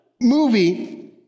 movie